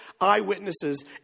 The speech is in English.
eyewitnesses